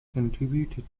contributed